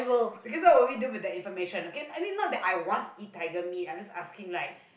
because all what we do with the information okay i mean not that I want eat tiger meat I just asking like